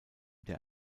der